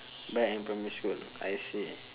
back in primary school I see